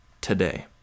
today